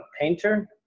painter